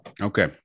Okay